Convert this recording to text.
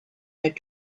had